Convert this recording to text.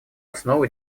основу